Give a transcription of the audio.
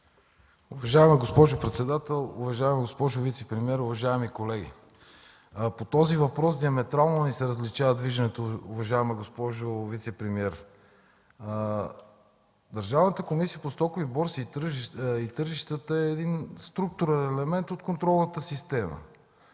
Уважаема госпожо председател, уважаема госпожо вицепремиер, уважаеми колеги! По този въпрос диаметрално ни се различават вижданията, уважаема госпожо вицепремиер. Държавната комисия по стоковите борси и тържищата е структурен елемент от контролната система.